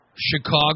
Chicago